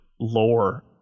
lore